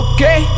Okay